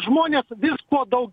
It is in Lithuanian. žmonės visko daug